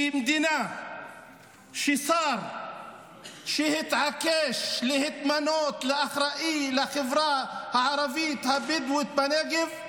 מדינה שבה שר שהתעקש להתמנות לאחראי לחברה הערבית הבדואית בנגב,